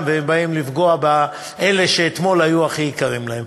והם באים לפגוע באלה שאתמול היו הכי יקרים להם.